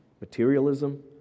materialism